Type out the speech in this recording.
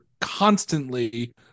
constantly